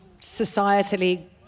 societally